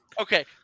Okay